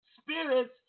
spirits